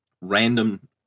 random